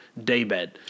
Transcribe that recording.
Daybed